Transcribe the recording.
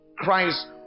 Christ